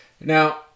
now